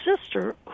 sister